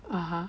(uh huh)